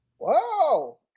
Whoa